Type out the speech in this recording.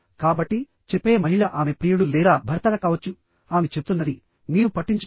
కాబట్టి చెప్పే మహిళ ఆమె ప్రియుడు లేదా భర్త కావచ్చు ఆమె చెప్తున్నది మీరు పట్టించుకోరా